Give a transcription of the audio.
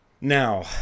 Now